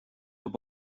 cóta